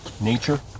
nature